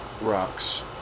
Rocks